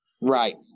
Right